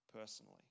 personally